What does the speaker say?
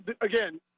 again